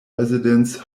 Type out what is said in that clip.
residence